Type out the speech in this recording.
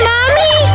Mommy